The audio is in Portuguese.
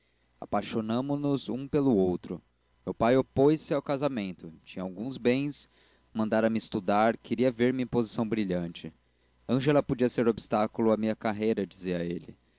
nasci apaixonamo nos um pelo outro meu pai opôs-se ao casamento tinha alguns bens mandarame estudar queria ver-me em posição brilhante ângela podia ser obstáculo à minha carreira dizia ele